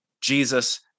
Jesus